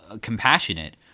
compassionate